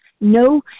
no